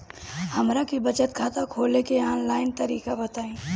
हमरा के बचत खाता खोले के आन लाइन तरीका बताईं?